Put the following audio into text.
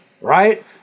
right